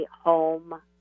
home